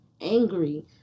angry